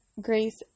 grace